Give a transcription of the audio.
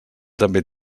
també